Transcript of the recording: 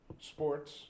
sports